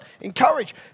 encourage